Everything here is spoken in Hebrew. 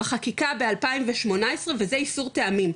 בחקיקה ב-2018 וזה איסור טעמים,